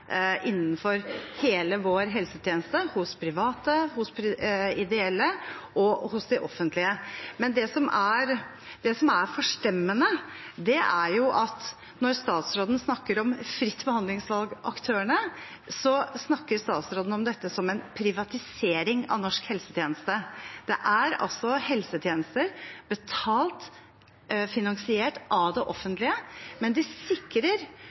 innenfor hele vår helsetjeneste – hos private, hos ideelle og hos de offentlige. Det som er forstemmende, er at når statsråden snakker om fritt behandlingsvalg-aktørene, snakker statsråden om dette som en privatisering av norsk helsetjeneste. Det er altså helsetjenester betalt og finansiert av det offentlige, men de sikrer